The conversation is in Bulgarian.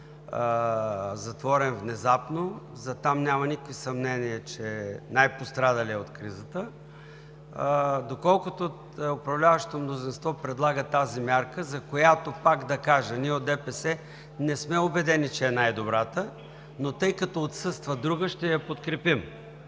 затворен внезапно – за там няма никакви съмнения, че е най-пострадалият от кризата. Доколкото управляващото мнозинство предлага тази мярка, за която пак да кажа: ние от ДПС не сме убедени, че е най-добрата, но тъй като отсъства, другата ще я подкрепим,